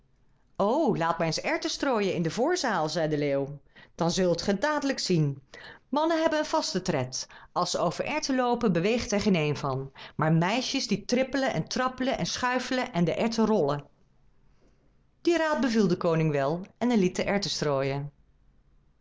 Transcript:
o laat maar eens erwten strooien in de voorzaal zei de leeuw dan zult ge het dadelijk zien mannen hebben een vasten tred als ze over erwten loopen beweegt er geen een van maar meisjes die trippelen en trappelen en schuifelen en de erwten rollen dien raad beviel den koning wel en hij liet de erwten strooien